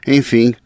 Enfim